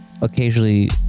occasionally